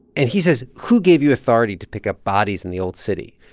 and he says, who gave you authority to pick up bodies in the old city,